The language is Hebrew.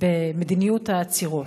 במדיניות העצירות,